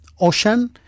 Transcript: Ocean